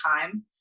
time